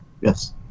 Yes